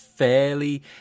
fairly